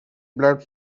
blood